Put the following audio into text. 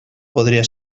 podria